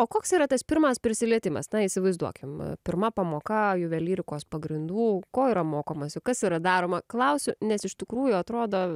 o koks yra tas pirmas prisilietimas na įsivaizduokim pirma pamoka juvelyrikos pagrindų ko yra mokomasi kas yra daroma klausiu nes iš tikrųjų atrodo